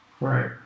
Right